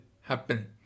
happen